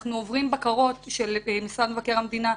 אנחנו עוברים בקרות של משרד מבקר המדינה,